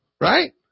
right